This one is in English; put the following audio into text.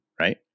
Right